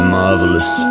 marvelous